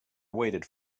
waited